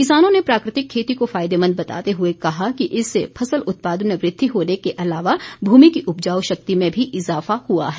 किसानों ने प्राकृतिक खेती को फायदेमंद बताते हुए कहा कि इससे फसल उत्पादन में वृद्धि होने के अलावा भूमि की उपजाऊ शक्ति में भी इजाफा हुआ है